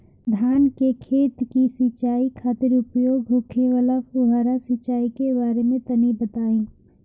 धान के खेत की सिंचाई खातिर उपयोग होखे वाला फुहारा सिंचाई के बारे में तनि बताई?